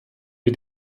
wir